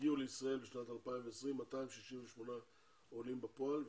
הגיעו לישראל 268 עולים בפועל,